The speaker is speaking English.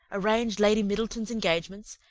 arranged lady middleton's engagements,